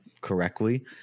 correctly